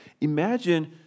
Imagine